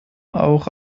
auch